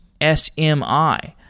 SMI